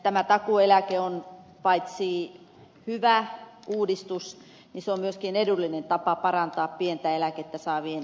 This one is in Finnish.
tämä takuueläke on paitsi hyvä uudistus niin se on myöskin edullinen tapa parantaa pientä eläkettä saavien taloudellista asemaa